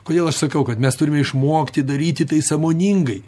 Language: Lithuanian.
kodėl aš sakau kad mes turime išmokti daryti tai sąmoningai